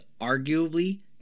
arguably